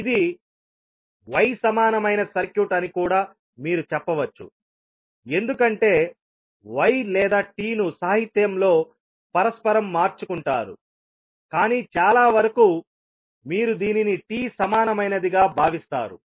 ఇది Y సమానమైన circuit అని కూడా మీరు చెప్పవచ్చు ఎందుకంటే Y లేదా T ను సాహిత్యంలో పరస్పరం మార్చుకుంటారుకానీ చాలా వరకు మీరు దీనిని T సమానమైనదిగా భావిస్తారు